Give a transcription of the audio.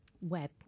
web